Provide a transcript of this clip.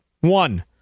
one